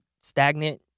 stagnant